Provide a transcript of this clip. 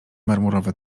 marmurowe